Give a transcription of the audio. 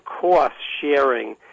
cost-sharing